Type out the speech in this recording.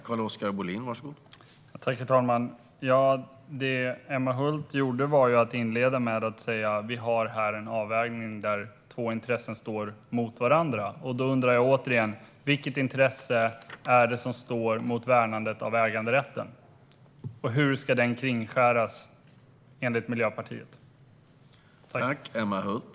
Herr talman! Det Emma Hult gjorde var att inleda med att säga att vi här har en avvägning där två intressen står mot varandra. Jag undrar återigen: Vilket intresse är det som står mot värnandet av äganderätten? Hur ska den rätten kringskäras, enligt Miljöpartiet?